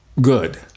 good